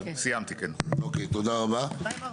אוקיי, תודה רבה.